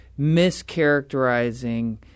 mischaracterizing